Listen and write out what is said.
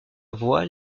voix